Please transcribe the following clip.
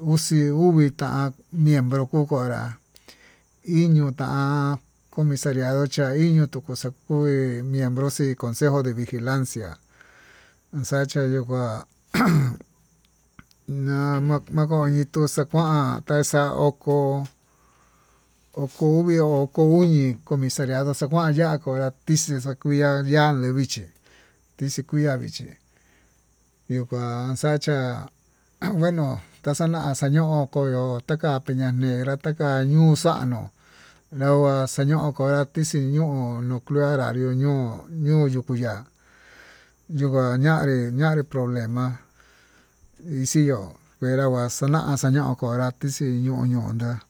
uxi uví tá miembro kokorá, iño tán comisariado ch'a iño tua'a kuí mienbro xii consejo de vigilancia axachia yukua jum, nama koyii tuu xakuan axa oko oko uvi oko uñi comisariado xakuan yukuá tixii xakuia ya'á devichí tixii kuiá vichí ikuan xachiá an ngueno taxaña xana'a koí ñoo takan peña'a ñierá takan ñuu xa'ano nagua xañoo kuxii ño'o ñuu kué horario ñuu, ñuu yuku ya'á ñuu ngua ñanri ñanri problema ixii yo'o kuera kuaxana xañoo konra tixii ño'o ñoná.